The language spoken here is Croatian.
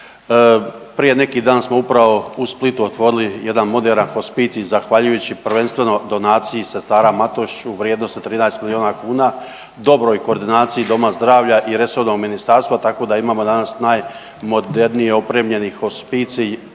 Prije neki dan smo upravo u Splitu otvorili jedan moderan hospicij zahvaljujući prvenstveno donaciji sestara Matoš u vrijednosti 13 milijuna kuna, dobroj koordinaciji doma zdravlja i resornog ministarstva tako da imamo danas najmodernije opremljeni hospicij